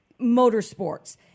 motorsports